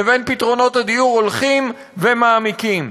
לבין פתרונות הדיור הולכים ומעמיקים.